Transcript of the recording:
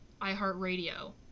iHeartRadio